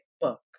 book